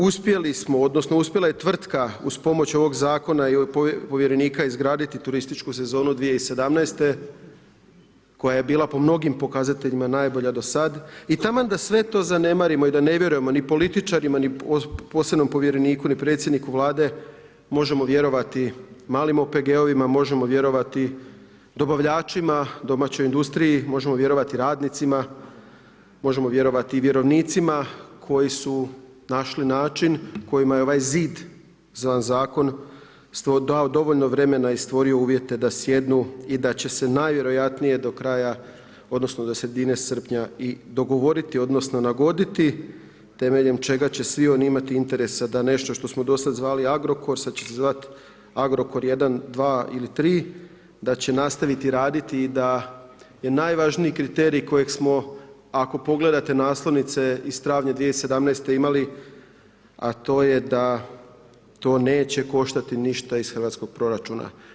Uspjeli smo, odnosno uspjela je tvrtka uz pomoć ovog Zakona i povjerenika izgraditi turističku sezonu 2017. koja je bila po mnogim pokazateljima najbolja do sad i taman da sve to zanemarimo i da ne vjerujemo ni političarima, ni posebnom povjereniku, ni predsjedniku Vlade, možemo vjerovati malim OPG-ovima, možemo vjerovati dobavljačima, domaćoj industriji, možemo vjerovati radnicima, možemo vjerovati vjerovnicima koji su našli način kojima je ovaj zid za Zakon dao dovoljno vremena i stvorio uvjete da sjednu i da će se najvjerojatnije do kraja, odnosno do sredine srpnja i dogovoriti, odnosno nagoditi temeljem čega će svi oni imati interesa da nešto što smo dosad zvali Agrokor, sad će se zvati Agrokor 1, 2 ili 3, da će nastaviti raditi i da je najvažniji kriterij kojeg smo ako pogledate naslovnice iz travnja 2017. imali a to je da to neće koštati ništa iz hrvatskog proračuna.